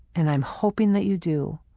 and i'm hoping that you do,